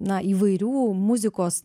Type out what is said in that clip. na įvairių muzikos